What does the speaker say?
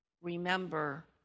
Remember